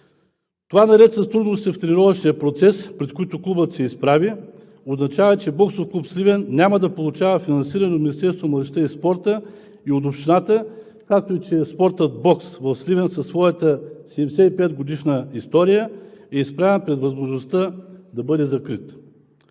Това, наред с трудностите в тренировъчния процес, пред които клубът се изправя, означава, че „Боксов клуб Сливен“ няма да получава финансиране от Министерството на младежта и спорта и от Общината, както и, че спортът бокс в Сливен, със своята 75-годишна история, е изправен пред възможността да бъде закрит.